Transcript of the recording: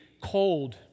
cold